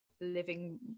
living